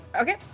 Okay